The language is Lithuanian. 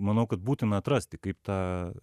manau kad būtina atrasti kaip tą